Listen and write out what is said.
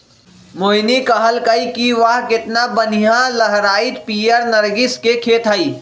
मोहिनी कहलकई कि वाह केतना बनिहा लहराईत पीयर नर्गिस के खेत हई